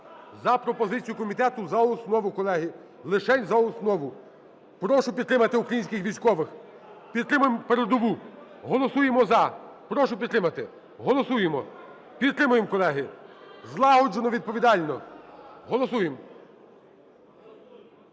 за пропозицією комітету за основу колеги, лишень за основу. Прошу підтримати українських військових, підтримаємо передову, голосуємо за. Прошу підтримати, голосуємо. Підтримаємо, колеги, злагоджено, відповідально. Голосуємо.